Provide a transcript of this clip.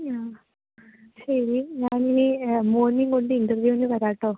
ശരി ഞാനിനി മകനേയും കൊണ്ട് ഇൻറർവ്യൂവിന് വരാം കേട്ടോ